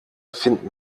finden